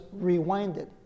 rewinded